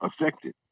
affected